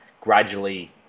gradually